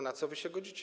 Na co wy się godzicie?